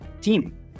team